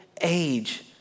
age